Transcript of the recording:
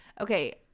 okay